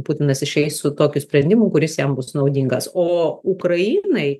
putinas išeis su tokiu sprendimu kuris jam bus naudingas o ukrainai